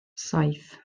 saith